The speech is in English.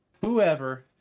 whoever